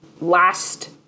last